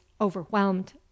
overwhelmed